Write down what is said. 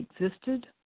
existed